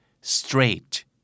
straight